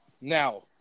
Now